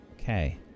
Okay